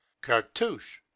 cartouche